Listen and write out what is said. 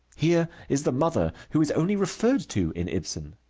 here is the mother, who is only referred to in ibsen.